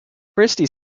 christie